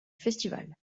festival